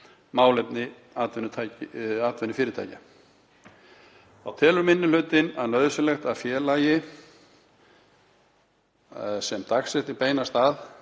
málefni atvinnufyrirtækja. Þá telur minni hlutinn nauðsynlegt að félagi sem dagsektir beinast að